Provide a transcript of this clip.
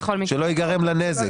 שלא ייגרם לה נזק.